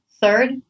Third